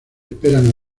esperan